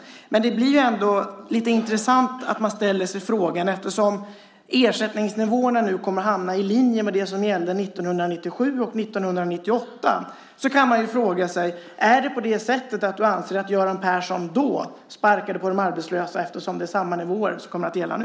Nu kommer ersättningsnivåerna att hamna i linje med det som gällde 1997-1998. Anser du att Göran Persson då sparkade på de arbetslösa? Det är ju samma nivåer som kommer att gälla nu.